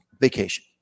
vacation